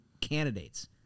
candidates